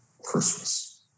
Christmas